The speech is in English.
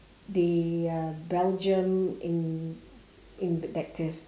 the uh belgium in in detective